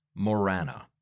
Morana